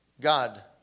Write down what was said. God